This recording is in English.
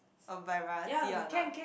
a variety or not